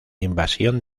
invasión